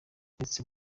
ndetse